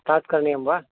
start करणीयं वा